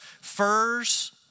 Furs